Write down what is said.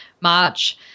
March